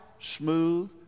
smooth